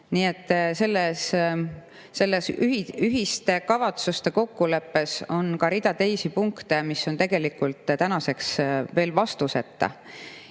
Selles ühiste kavatsuste kokkuleppes on ka rida teisi punkte, mis on tegelikult tänaseks veel vastuseta.